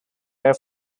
air